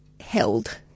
held